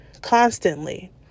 constantly